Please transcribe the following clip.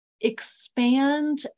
expand